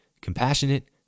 compassionate